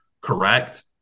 correct